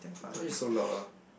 why you so loud ah